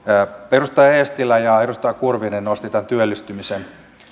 edustaja eestilä ja edustaja kurvinen nostivat tämän työllistymisen